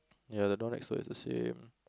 ya the door next to it is the same